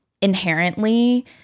inherently